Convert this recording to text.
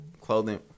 clothing